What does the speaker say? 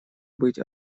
быть